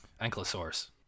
Ankylosaurus